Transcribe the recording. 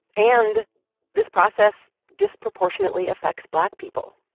and this process disproportionately affects black people.